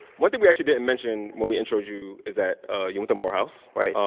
one thing we actually didn't mention when we intro'd you is that ah you went to morehouse. right.